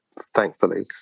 thankfully